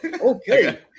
Okay